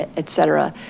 et cetera.